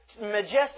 majestic